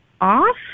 off